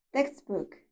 Textbook